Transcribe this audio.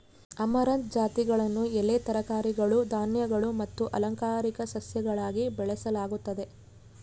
amaranth ಜಾತಿಗಳನ್ನು ಎಲೆ ತರಕಾರಿಗಳು ಧಾನ್ಯಗಳು ಮತ್ತು ಅಲಂಕಾರಿಕ ಸಸ್ಯಗಳಾಗಿ ಬೆಳೆಸಲಾಗುತ್ತದೆ